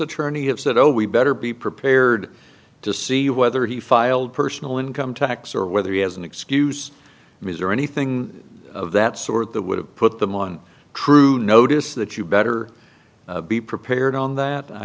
attorney have said oh we better be prepared to see whether he filed personal income tax or whether he has an excuse ms or anything of that sort that would have put them on crew notice that you better be prepared on that i